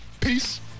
Peace